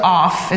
off